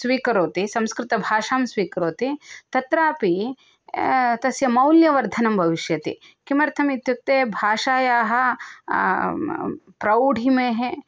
स्वीकरोति संस्कृतभाषां स्वीकरोति तत्रापि तस्य मौल्यवर्धनम् भविष्यति किमर्थम् इत्युक्ते भाषायाः प्रौढिमः